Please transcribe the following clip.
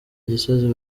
gisozi